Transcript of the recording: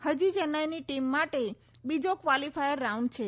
હજી ચેન્નાઈની ટીમ માટે બીજો કવોલીફાયર રાઉન્ડ છે